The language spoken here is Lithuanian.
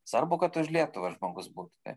svarbu kad už lietuvą žmogus būtų taip